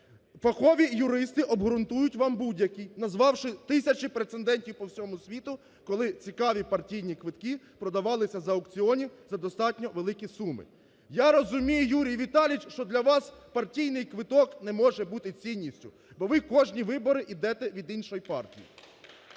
Фахові юристи обґрунтують вам будь-які, назвавши тисячі прецедентів по всьому світі, коли цікаві партійні квитки продавалися на аукціоні за достатньо великі суми. Я розумію, Юрій Віталійович, що для вас партійний квиток не може бути цінністю, бо ви кожні вибори йдете від іншої партії.